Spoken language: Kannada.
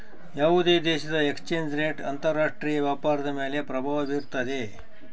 ಯಾವುದೇ ದೇಶದ ಎಕ್ಸ್ ಚೇಂಜ್ ರೇಟ್ ಅಂತರ ರಾಷ್ಟ್ರೀಯ ವ್ಯಾಪಾರದ ಮೇಲೆ ಪ್ರಭಾವ ಬಿರ್ತೈತೆ